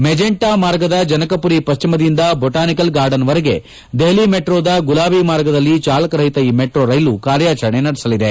magenta ಮಾರ್ಗದ ಜನಕಮರಿ ಪಶ್ಚಿಮದಿಂದ ಬೊಟಾನಿಕಲ್ ಗಾರ್ಡನ್ವರೆಗೆ ದೆಹಲಿ ಮೆಟ್ರೋದ ಗುಲಾಬಿ ಮಾರ್ಗದಲ್ಲಿ ಜಾಲಕ ರಹಿತ ಈ ಮೆಟ್ರೋ ರೈಲು ಕಾರ್ಯಾಚರಣೆ ನಡೆಸಲಿದೆ